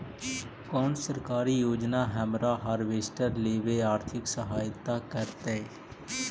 कोन सरकारी योजना हमरा हार्वेस्टर लेवे आर्थिक सहायता करतै?